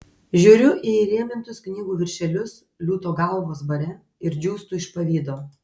žiūriu į įrėmintus knygų viršelius liūto galvos bare ir džiūstu iš pavydo